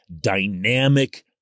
dynamic